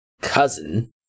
Cousin